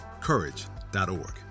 Courage.org